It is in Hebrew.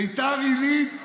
ביתר עילית,